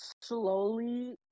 slowly